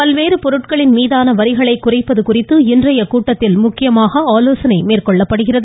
பல்வேறு பொருட்களின் மீதான வரிகளை குறைப்பது குறித்து இன்றைய கூட்டத்தில் முக்கியமாக ஆலோசனை மேற்கொள்ளப்படுகிறது